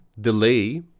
delay